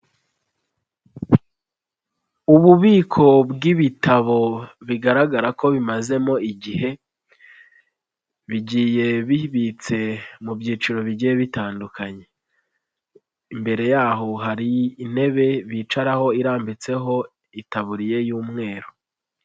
Ububiko bw'ibitabo bigaragara ko bimazemo igihe, bigiye bibitse mu byiciro bigiye bitandukanye. Imbere yaho hari intebe bicaraho irambitseho itaburiye y'umweru.